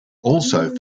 also